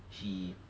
she